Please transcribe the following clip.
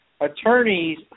attorneys